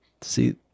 See